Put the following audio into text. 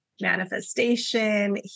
manifestation